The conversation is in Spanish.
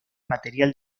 material